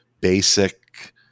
basic